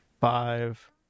Five